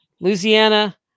Louisiana